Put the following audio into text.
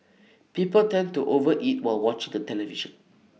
people tend to over eat while watching the television